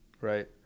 Right